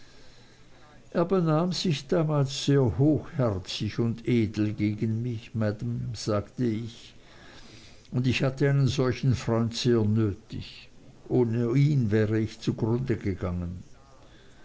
benahm sich damals sehr hochherzig und edel gegen mich maam sagte ich und ich hatte einen solchen freund sehr nötig ich wäre ohne ihn zugrunde gegangen